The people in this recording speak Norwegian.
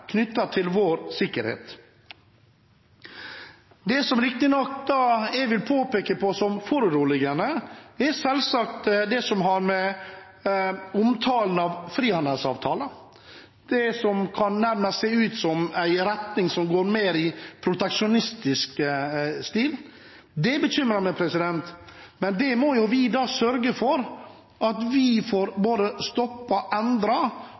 vår sikkerhet. Det jeg vil peke på som foruroligende, er selvsagt det som har med omtalen av frihandelsavtalen å gjøre, det som nærmest kan se ut som en stil som går mer i proteksjonistisk retning. Det bekymrer meg. Men den må vi da sørge for at vi får